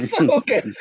Okay